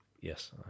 Yes